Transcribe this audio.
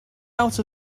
out